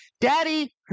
Daddy